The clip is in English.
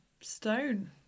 stone